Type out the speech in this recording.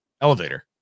elevator